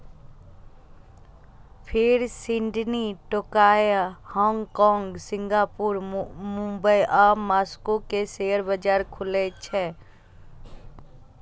फेर Sydney, Tokyo, Hong Kong, Singapore, Mumbai आ Moscow के शेयर बाजार खुलै छै